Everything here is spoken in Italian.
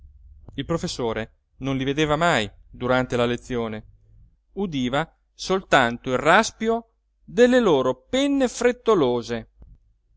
il professore non li vedeva mai durante la lezione udiva soltanto il raspío delle loro penne frettolose